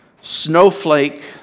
snowflake